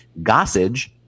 Gossage